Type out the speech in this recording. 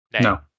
No